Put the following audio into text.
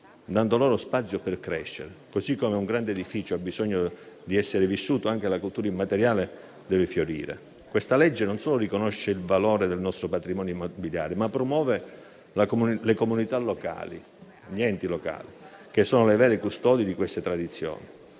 dando loro spazio per crescere. Così come un grande edificio ha bisogno di essere vissuto, anche la cultura immateriale deve fiorire. Questa legge non solo riconosce il valore del nostro patrimonio immateriale, ma promuove gli enti locali, che sono i veri custodi di queste tradizioni.